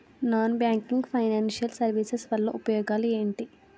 Non banking financial services వల్ల ఉపయోగాలు ఎంటి?